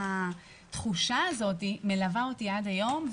והתחושה הזאת מלווה אותי עד היום.